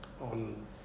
on